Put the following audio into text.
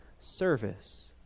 service